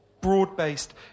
broad-based